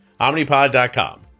Omnipod.com